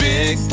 Big